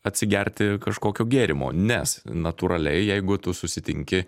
atsigerti kažkokio gėrimo nes natūraliai jeigu tu susitinki